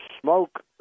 smoke